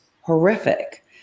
horrific